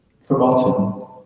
forgotten